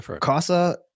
CASA